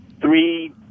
three